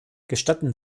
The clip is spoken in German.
gestatten